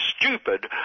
stupid